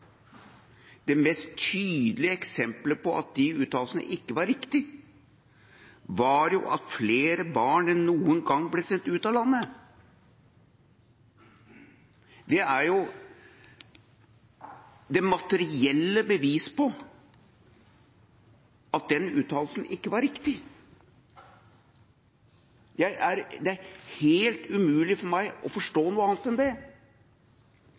Det mest tydelige eksempelet på at de uttalelsene ikke var riktige, var jo at flere barn enn noen gang ble sendt ut av landet. Det er jo det materielle beviset på at den uttalelsen ikke var riktig. Det er helt umulig for meg å forstå noe annet enn det.